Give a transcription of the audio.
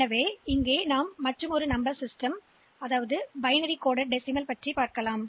எனவே பைனரி குறியீட்டு தசமத்தைக் குறிக்கும் பி